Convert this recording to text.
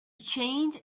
change